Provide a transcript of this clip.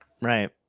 Right